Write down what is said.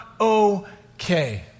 okay